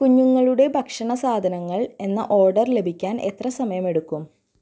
കുഞ്ഞുങ്ങളുടെ ഭക്ഷണസാധനങ്ങൾ എന്ന ഓർഡർ ലഭിക്കാൻ എത്ര സമയമെടുക്കും